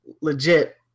Legit